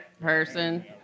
person